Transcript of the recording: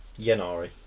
Yenari